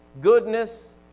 goodness